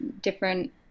different